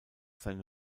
seine